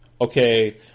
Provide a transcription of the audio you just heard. Okay